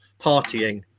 partying